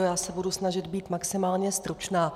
Já se budu snažit být maximálně stručná.